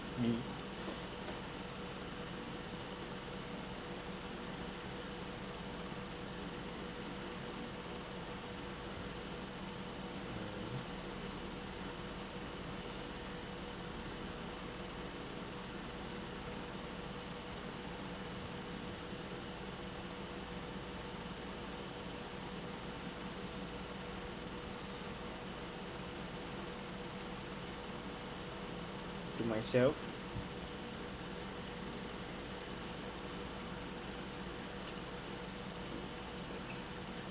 me to myself